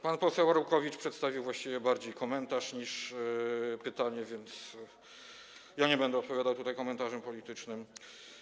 Pan poseł Arłukowicz przedstawił właściwie bardziej komentarz niż pytanie, więc nie będę odpowiadał tutaj komentarzem politycznym.